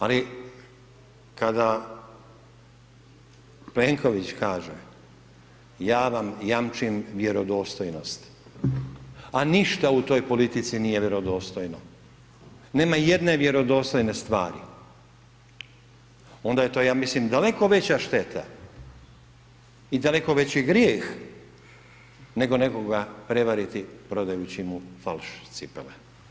Ali kada Plenković kaže ja vam jamčim vjerodostojnost, a ništa u toj politici nije vjerodostojno, nema jedne vjerodostojne stvari, onda je to, ja mislim, daleko veća šteta i daleko veći grijeh, nego nekoga prevariti prodajući mu falš cipele.